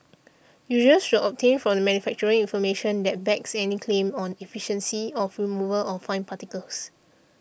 users should obtain from the manufacturer information that backs any claim on efficiency of removal of fine particles